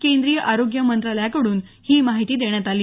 केंद्रीय आरोग्य मंत्रालयाकडून ही माहिती देण्यात आली